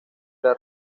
era